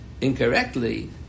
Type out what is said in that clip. incorrectly